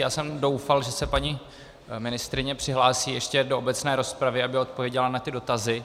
Já jsem doufal, že se paní ministryně přihlásí ještě do obecné rozpravy, aby odpověděla na dotazy.